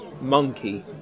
Monkey